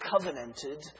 covenanted